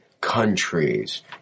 countries